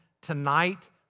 tonight